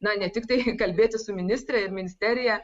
na ne tiktai kalbėtis su ministre ir ministerija